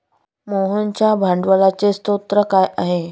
मोहनच्या भांडवलाचे स्रोत काय आहे?